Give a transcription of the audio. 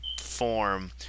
form